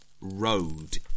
Road